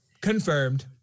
Confirmed